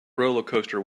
rollercoaster